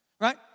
right